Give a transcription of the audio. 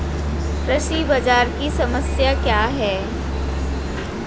कृषि बाजार की समस्या क्या है?